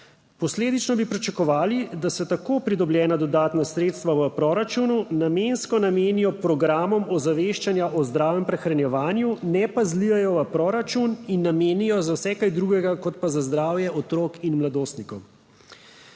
Posledično bi pričakovali, da se tako pridobljena dodatna sredstva v proračunu namensko namenijo programom ozaveščanja o zdravem prehranjevanju, ne pa zlijejo v proračun in namenijo za vse kaj drugega, kot pa za zdravje otrok in mladostnikov.